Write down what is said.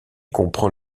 comprend